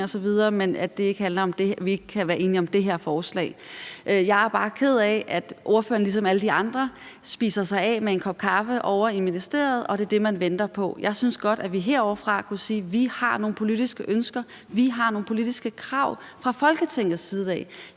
om, at vi ikke kan være enige om det her forslag, men jeg er bare ked af, at ordføreren ligesom alle de andre lader sig spise af med en kop kaffe ovre i ministeriet, og at det er det, man venter på. Jeg synes godt, at vi herovrefra kunne sige: Vi har nogle politiske ønsker, vi har nogle politiske krav fra Folketingets side.